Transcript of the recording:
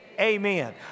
Amen